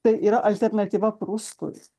tai yra alternatyva prustui